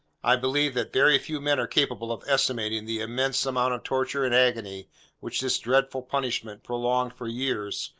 i believe that very few men are capable of estimating the immense amount of torture and agony which this dreadful punishment, prolonged for years,